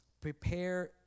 Prepare